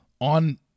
on